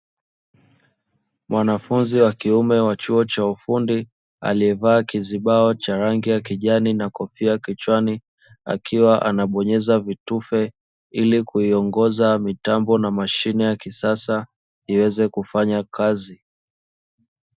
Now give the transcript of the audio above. Mwanafunzi wa kiume wa chuo cha ufundi aliyevaa kizibao cha rangi ya kijani na kofia kichwani akiwa anabonyeza vitufe ili kuiongoza mitambo na mashine ya kisasa iweze kufanya kazi.